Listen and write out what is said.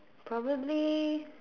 probably